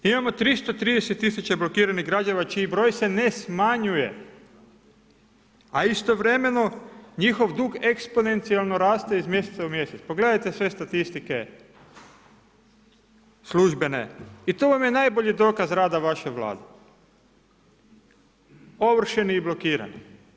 Imamo 330.000 blokiranih građana čiji broj se ne smanjuje, a istovremeno njihov dug eksponencijalno raste iz mjeseca u mjesec, pogledajte sve statistike službene i to vam je najbolji dokaz rada vaše Vlade, ovršeni i blokirani.